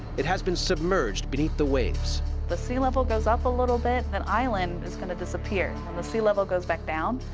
it has been submerged beneath the waves. marchetti the sea level goes up a little bit, the island is going to disappear. when the sea level goes back down,